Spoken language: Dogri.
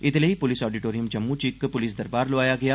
एहदे लेई पुलस ऑडीटोरियम जम्मू च इक पुलस दरबार लोआया गेआ